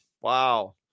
wow